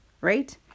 right